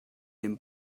dem